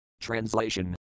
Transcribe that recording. Translation